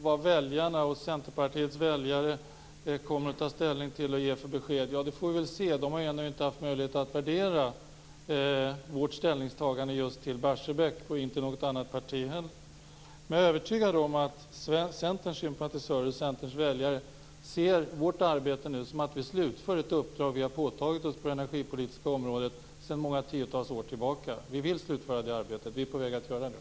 Vad Centerpartiets väljare kommer att ta ställning till och ge för besked får vi väl se. De har ännu inte haft möjlighet att värdera vårt ställningstagande just när det gäller Barsebäck, och det har inte de väljare som stöder något annat parti heller. Jag är övertygad om att Centerns sympatisörer och Centerns väljare ser vårt arbete nu som att vi slutför ett uppdrag vi har påtagit oss på det energipolitiska området sedan många tiotals år tillbaka. Vi vill slutföra det arbetet, och vi är också på väg att göra det.